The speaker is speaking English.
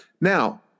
Now